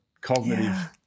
cognitive